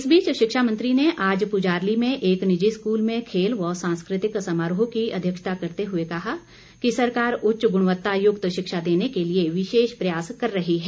इस बीच शिक्षा मंत्री ने आज पुजारली में एक निजी स्कूल में खेल व सांस्कृतिक समारोह की अध्यक्षता करते हुए कहा कि सरकार उच्च गुणवत्ता युक्त शिक्षा देने के लिए विशेष प्रयास कर रही है